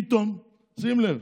פתאום, שים לב,